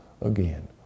again